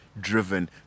driven